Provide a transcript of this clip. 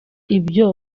ibyo